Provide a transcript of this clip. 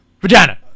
vagina